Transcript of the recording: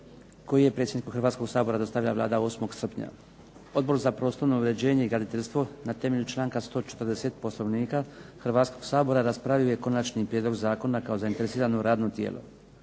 koji je predsjedniku Hrvatskog sabora dostavila Vlada 8. srpnja. Odbor za prostorno uređenje i graditeljstvo na temelju članka 140. Poslovnika Hrvatskog sabora raspravio je konačni prijedlog zakona kao zainteresirano radno tijelo.